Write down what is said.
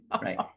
right